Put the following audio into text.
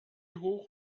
hoch